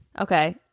Okay